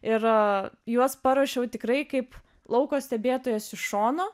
ir juos paruošiau tikrai kaip lauko stebėtojos iš šono